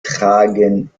tragen